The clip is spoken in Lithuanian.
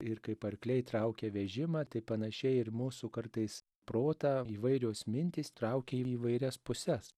ir kaip arkliai traukia vežimą tai panašiai ir mūsų kartais protą įvairios mintys traukia į įvairias puses